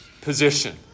position